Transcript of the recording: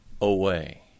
away